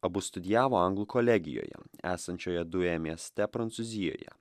abu studijavo anglų kolegijoje esančioje duė mieste prancūzijoje